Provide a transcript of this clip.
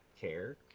care